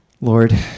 Lord